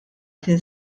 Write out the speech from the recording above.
kien